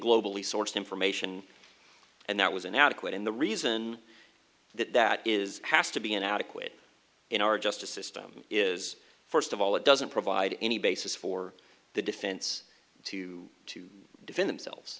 globally sourced information and that was inadequate and the reason that that is has to be inadequate in our justice system is first of all it doesn't provide any basis for the defense to to defend themselves